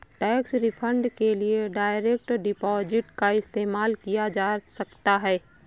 tax refund के लिए direct deposit का इस्तेमाल किया जा सकता हैं